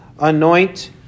anoint